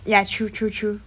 ya true true true